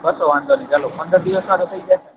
કશો વાંધો નઈ ચાલો પણ પંદર દિવસમાં તો થઈ જશે ને